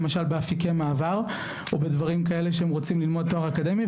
למשל באפיקי מעבר או בדברים כאלה שהם רוצים ללמוד תואר אקדמי,